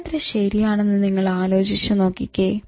ഇത് എത്ര ശരിയാണെന്ന് നിങ്ങൾ ആലോചിച്ച് നോക്കിക്കേ